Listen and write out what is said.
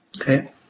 Okay